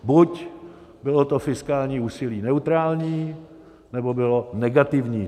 Buď bylo to fiskální úsilí neutrální, nebo bylo negativní.